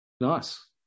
Nice